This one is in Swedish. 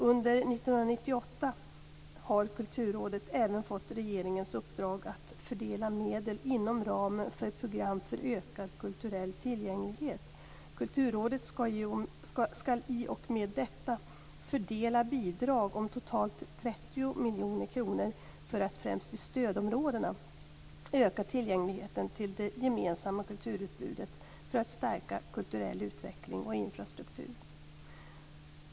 Under år 1998 har Kulturrådet även fått regeringens uppdrag att fördela medel inom ramen för ett program för ökad kulturell tillgänglighet. Kulturrådet skall i och med detta fördela bidrag om totalt 30 miljoner kronor för att främst i stödområdena öka tillgängligheten till det gemensamma kulturutbudet för att stärka kulturell utveckling och infrastruktur.